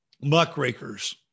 muckrakers